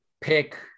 pick